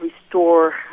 restore